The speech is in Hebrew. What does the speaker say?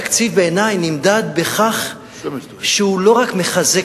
תקציב בעיני נמדד בכך שהוא לא רק מחזק